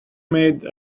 made